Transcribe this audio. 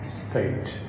state